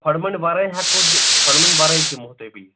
کھۄڈٕ منٛڈۍ ورٲے ہیٚکو دِ کھۄذڈٕ منٛڈۍ ورٲے دِمو تۄہہِ بہٕ یہِ